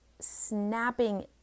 snapping